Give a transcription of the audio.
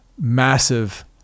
massive